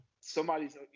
Somebody's